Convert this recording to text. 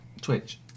Twitch